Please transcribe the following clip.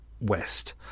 west